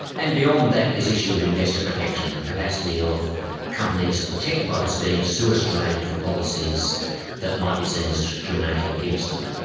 and beyond that this issue of investor protection, the capacity of companies protected by the scheme to sue westralia for policies that might be seen as discriminating against them.